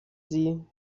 sie